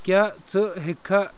کیٛاہ ژٕ ہیٚکہِ کھا